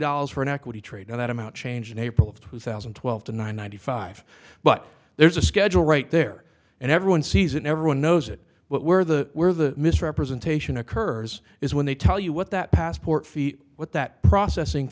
dollars for an equity trade and that amount change in april of two thousand and twelve to ninety five but there's a schedule right there and everyone sees it everyone knows it but where the where the misrepresentation occurs is when they tell you what that passport feet what that processing